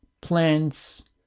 plants